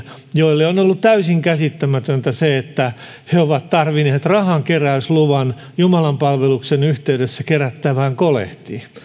joille on ollut täysin käsittämätöntä että ne ovat tarvinneet rahankeräysluvan jumalanpalveluksen yhteydessä kerättävään kolehtiin